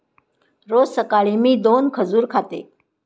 रोज सकाळी मी दोन खजूर खाते